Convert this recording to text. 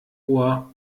ohr